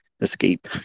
escape